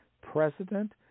president